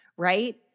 right